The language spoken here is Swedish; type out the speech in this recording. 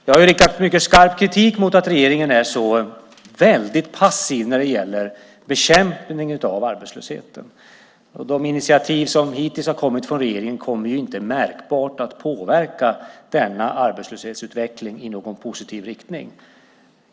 Jag har riktat mycket skarp kritik mot att regeringen är så väldigt passiv när det gäller bekämpningen av arbetslösheten. De initiativ som hittills har kommit från regeringen kommer inte märkbart att påverka denna arbetslöshetsutveckling i någon positiv riktning.